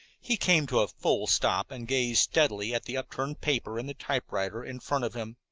he came to a full stop and gazed steadily at the upturned paper in the typewriter in front of him.